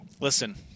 Listen